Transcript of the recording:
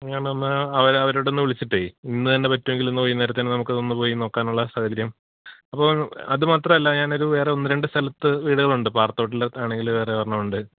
ഞാൻ എന്നാൽ അവരോടൊന്ന് വിളിച്ചിട്ട് ഇന്ന് തന്നെ പറ്റുവെങ്കിൽ ഇന്ന് വൈകുന്നേരത്തേന് നമുക്കതൊന്ന് പോയി നോക്കാനുള്ള സാഹചര്യം അപ്പോൾ അത് മാത്രമല്ല ഞാനൊരു വേറെ ഒന്ന് രണ്ട് സ്ഥലത്ത് വീടുകൾ ഉണ്ട് പാറത്തോട്ടിൽ ആണെങ്കിൽ വേറെ ഒരെണ്ണം ഉണ്ട്